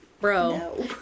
Bro